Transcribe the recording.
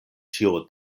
ĉio